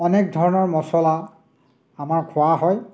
অনেক ধৰণৰ মচলা আমাৰ খোৱা হয়